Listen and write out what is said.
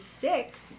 six